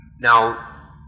Now